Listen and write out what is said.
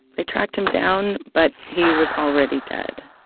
they tracked him down, but he was already dead.